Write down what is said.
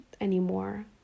anymore